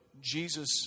Jesus